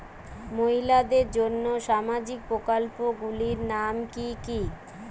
মহিলাদের জন্য সামাজিক প্রকল্প গুলির নাম কি কি?